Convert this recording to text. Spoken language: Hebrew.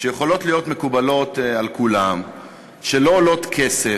שיכולות להיות מקובלות על כולם, שלא עולות כסף,